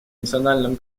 национальном